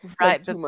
right